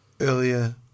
earlier